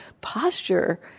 posture